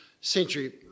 century